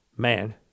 Man